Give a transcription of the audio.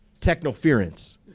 technoference